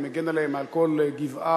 והוא מגן עליהם מעל כל גבעה